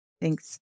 Thanks